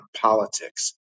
politics